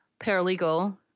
paralegal